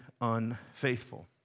unfaithful